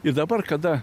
ir dabar kada